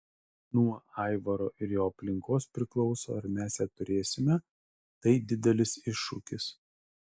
nuo aivaro ir jo aplinkos priklauso ar mes ją turėsime tai didelis iššūkis